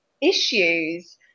issues